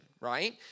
right